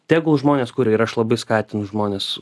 tegul žmonės kuria ir aš labai skatinu žmones